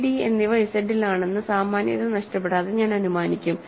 C D എന്നിവ ഇസഡിലാണെന്നു സാമാന്യത നഷ്ടപ്പെടാതെ ഞാൻ അനുമാനിക്കും